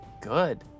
Good